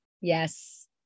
Yes